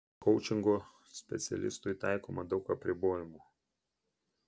koučingo specialistui taikoma daug apribojimų